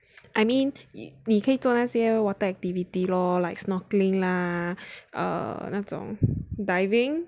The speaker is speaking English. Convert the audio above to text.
I mean 你可以做那些 water activity lor like snorkeling lah err 那种 diving